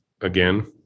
again